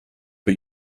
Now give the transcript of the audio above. but